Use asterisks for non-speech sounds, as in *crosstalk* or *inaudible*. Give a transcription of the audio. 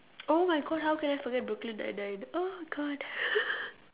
oh my god how can I forget Brooklyn-ninety-nine oh god *laughs*